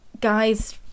guys